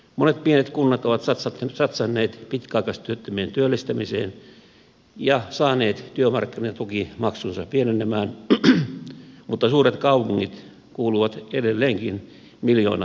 monet pienet kunnat ovat satsanneet pitkäaikaistyöttömien työllistämiseen ja saaneet työmarkkinatukimaksunsa pienenemään mutta suuret kaupungit kuuluvat edelleenkin miljoonamaksajiin